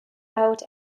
out